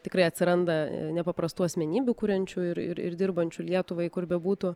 tikrai atsiranda nepaprastų asmenybių kuriančių ir ir ir dirbančių lietuvai kur bebūtų